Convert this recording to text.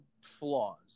flaws